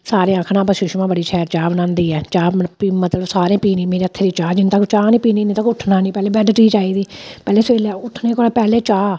सारें आखना भाई सुषमा बड़ी शैल चाह् बनांदी ऐ चाह मत भी मतलब सारें पीनी मेरे हत्थै दी चाह् जिन्नै तक चाह् निं पीनी इन्नै तक उट्ठना नेईं पैह्लें बैड्ड टी चाहिदी पैह्लें सबेले उट्ठने कोला पैह्लें चाह्